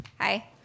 Hi